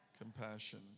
Compassion